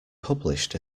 published